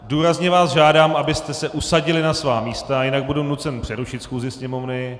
Důrazně vás žádám, abyste se usadili na svá místa, jinak budu nucen přerušit schůzi Sněmovny.